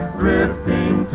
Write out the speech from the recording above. drifting